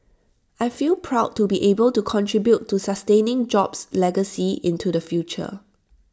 I feel proud to be able to contribute to sustaining jobs' legacy into the future